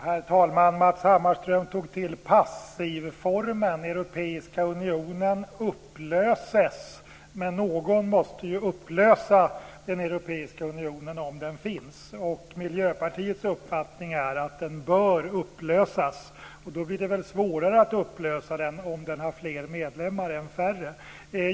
Herr talman! Matz Hammarström tog till passivformen, nämligen Europeiska unionen upplöses. Men någon måste ju upplösa Europeiska unionen om den finns. Miljöpartiets uppfattning är att den bör upplösas. Då blir det väl svårare att upplösa den om den har fler medlemmar än färre.